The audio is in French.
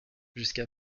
jusqu’à